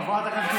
חבר הכנסת דיכטר,